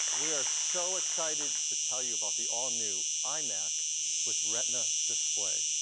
we are so excited to tell you about the all new imac with retina display.